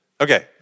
Okay